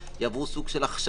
עבירה.